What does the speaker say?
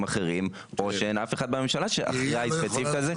אחרים או שאין אף אחד בממשלה שאחראי ספציפית על זה.